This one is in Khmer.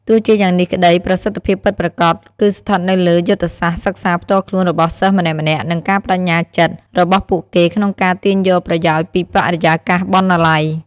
ទោះជាយ៉ាងនេះក្ដី ប្រសិទ្ធភាពពិតប្រាកដគឺស្ថិតនៅលើយុទ្ធសាស្ត្រសិក្សាផ្ទាល់ខ្លួនរបស់សិស្សម្នាក់ៗនិងការប្ដេជ្ញាចិត្ត របស់ពួកគេក្នុងការទាញយកប្រយោជន៍ពីបរិយាកាសបណ្ណាល័យ។